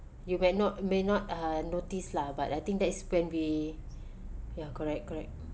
you may not may not uh notice lah but I think that is when we ya correct correct